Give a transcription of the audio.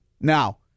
Now